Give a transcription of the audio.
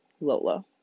Lola